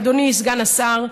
אדוני סגן השר,